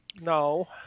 no